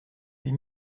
huit